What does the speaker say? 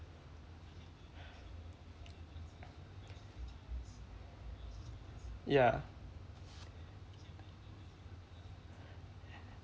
ya